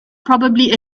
probably